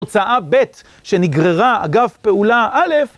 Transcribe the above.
הוצאה ב' שנגררה אגב פעולה א',